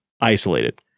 isolated